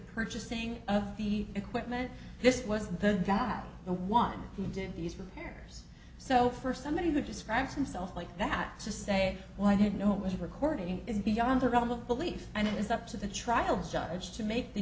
purchasing of the equipment this was the guy the one who did these repairs so first somebody who describes himself like that to say why didn't know it was recording is beyond the realm of belief and it is up to the trial judge to make the